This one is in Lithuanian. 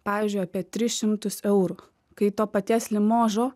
pavyzdžiui apie tris šimtus eurų kai to paties limožo